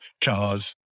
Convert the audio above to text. cars